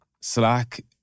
Slack